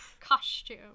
costume